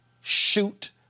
Shoot